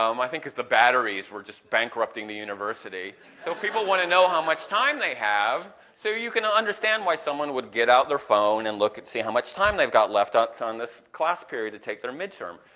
um i think because the batteries were just bankrupting the university. so people want to know how much time they have, so you can understand why someone would get out their phone and look and see how much time they've got ah on this class period to take their midterm.